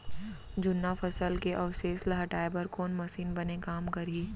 जुन्ना फसल के अवशेष ला हटाए बर कोन मशीन बने काम करही?